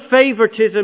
favoritism